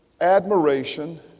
admiration